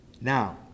Now